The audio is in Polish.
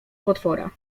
potwora